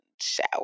shower